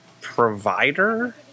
provider